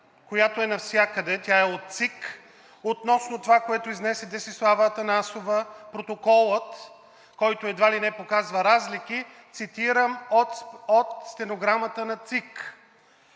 която е навсякъде – тя е от ЦИК, относно това, което изнесе Десислава Атанасова – протоколът, който едва ли не показва разлики, цитирам от стенограмата на ЦИК: